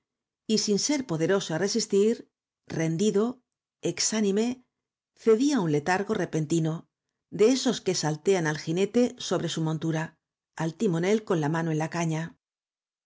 y sin ser poderoso á resistir rendido exánime cedí á un letargo repentino de esos que saltean al jinete sobre su montura al timonel con la mano en la caña